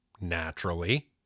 Naturally